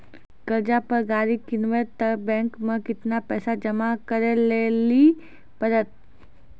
कर्जा पर गाड़ी किनबै तऽ बैंक मे केतना पैसा जमा करे लेली पड़त?